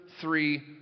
three